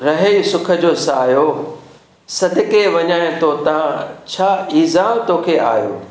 रहे सुख जो सायो सदिके वञण तो था छा ईज़ाउ तोखे आहियो